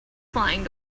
flying